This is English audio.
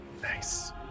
Nice